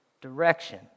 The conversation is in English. direction